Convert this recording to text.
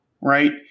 right